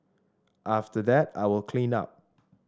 after that I will clean up